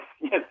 Yes